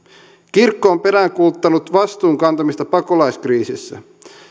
kirkko on peräänkuuluttanut vastuun kantamista pakolaiskriisissä